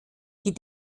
die